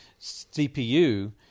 cpu